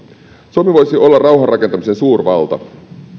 suomi voisi olla rauhanrakentamisen suurvalta